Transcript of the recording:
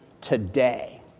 today